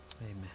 amen